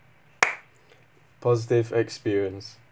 positive experience